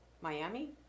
Miami